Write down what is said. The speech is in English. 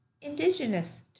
indigenous